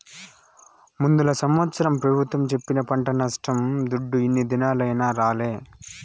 ముందల సంవత్సరం పెబుత్వం సెప్పిన పంట నష్టం దుడ్డు ఇన్ని దినాలైనా రాలే